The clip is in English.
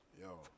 yo